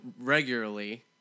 regularly